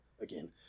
again